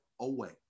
away